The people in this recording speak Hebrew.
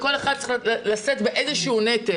וכל אחד צריך לשאת באיזשהו נטל.